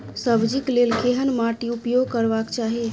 सब्जी कऽ लेल केहन माटि उपयोग करबाक चाहि?